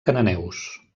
cananeus